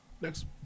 Next